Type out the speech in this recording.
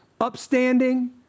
upstanding